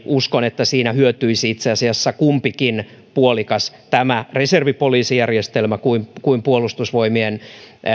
uskon että siinä hyötyisi itse asiassa kumpikin puolikas tämä reservipoliisijärjestelmä kuin kuin puolustusvoimien